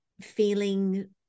feeling